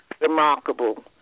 remarkable